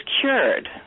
cured